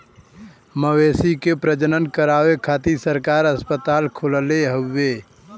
मवेशी के प्रजनन करावे खातिर सरकार अस्पताल खोलले हउवे